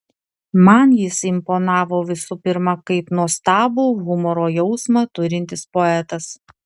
man jis imponavo visų pirma kaip nuostabų humoro jausmą turintis poetas